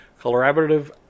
collaborative